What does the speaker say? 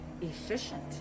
efficient